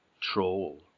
troll